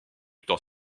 tant